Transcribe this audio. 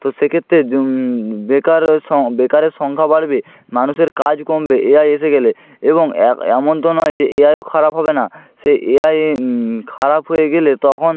তো সেক্ষেত্রে বেকার স বেকারের সংখ্যা বাড়বে মানুষের কাজ কমবে এ আই এসে গেলে এবং এ এমন তো নয় যে এআইও খারাপ হবে না সে এআইয়ে খারাপ হয়ে গেলে তখন